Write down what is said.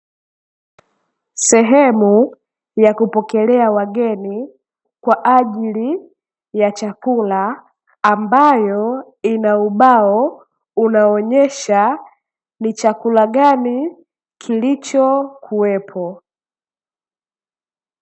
Sehemu ya kupokelea wageni kwa ajili ya chakula, ambayo ina ubao unaonesha ni chakula gani kilichokuwepo.